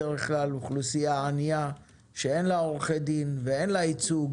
בדרך כלל אוכלוסייה ענייה שאין לה עורכי דין ואין לה ייצוג